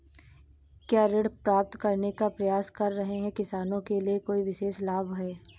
क्या ऋण प्राप्त करने का प्रयास कर रहे किसानों के लिए कोई विशेष लाभ हैं?